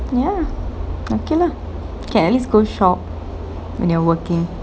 ya okay lah can at least go shop when you are working